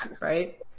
right